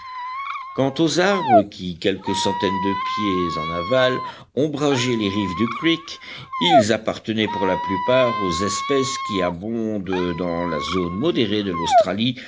quant aux arbres qui quelques centaines de pieds en aval ombrageaient les rives du creek ils appartenaient pour la plupart aux espèces qui abondent dans la zone modérée de l'australie